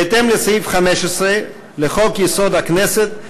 בהתאם לסעיף 15 לחוק-יסוד: הכנסת,